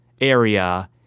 area